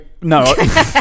No